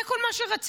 זה כל מה שרצינו.